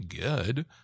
good